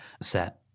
set